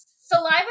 Saliva